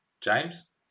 james